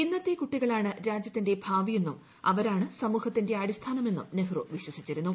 ഇന്നത്തെ കുട്ടികളാണ് രാജ്യത്തിന്റെ ഭാവി എന്നും അവരാണ് സമൂഹത്തിന്റെ അടിസ്ഥാനമെന്നും നെഹ്റു വിശ്വസിച്ചിരുന്നു